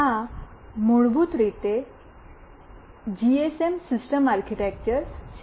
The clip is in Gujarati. આ મૂળભૂત રીતે જીએસએમ સિસ્ટમ આર્કિટેક્ચર છે